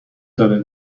داره